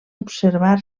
observar